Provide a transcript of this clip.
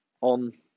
on